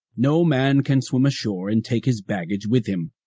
no man can swim ashore and take his baggage with him.